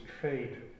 trade